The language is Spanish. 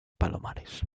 palomares